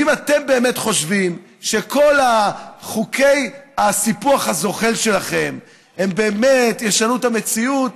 ואם אתם באמת חושבים שכל חוקי הסיפוח הזוחל שלכם באמת ישנו את המציאות,